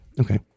Okay